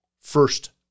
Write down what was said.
first